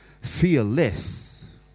fearless